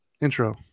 Intro